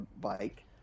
bike